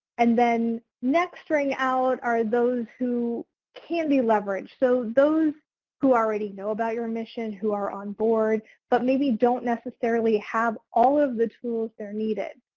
and then next ring out are those who can be leveraged so those who already know about your mission, who are on board but maybe don't necessarily have all of the tools that are needed.